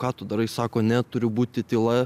ką tu darai sako ne turi būti tyla